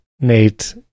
Nate